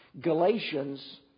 Galatians